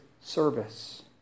service